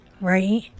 Right